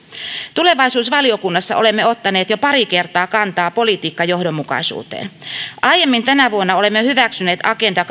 tulevaisuusvaliokunnassa olemme ottaneet jo pari kertaa kantaa politiikkajohdonmukaisuuteen aiemmin tänä vuonna olemme hyväksyneet agenda